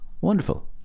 wonderful